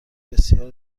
بسیار